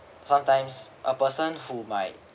sometimes a person who might